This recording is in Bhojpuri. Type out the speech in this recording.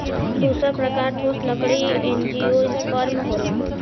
दूसर प्रकार ठोस लकड़ी एंजियोस्पर्म होला